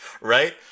Right